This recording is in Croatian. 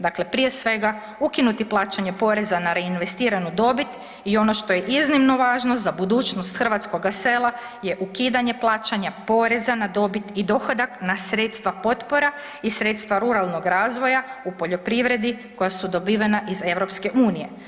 Dakle, prije svega ukinuti plaćanje poreza na reinvestiranu dobit i ono što je iznimno važno za budućnost hrvatskoga sela je ukidanje plaćanja poreza na dobit i dohodak na sredstva potpora i sredstva ruralnog razvoja u poljoprivredi koja su dobivena iz EU.